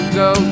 go